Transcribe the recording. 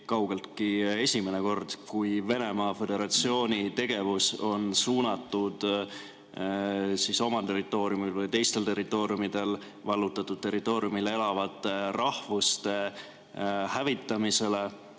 kaugeltki esimene kord, kui Venemaa Föderatsiooni tegevus on suunatud oma territooriumil või teistel territooriumidel, vallutatud territooriumidel elavate rahvuste hävitamisele